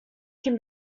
can